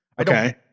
Okay